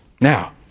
Now